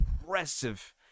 impressive